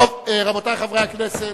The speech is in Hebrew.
רבותי חברי הכנסת,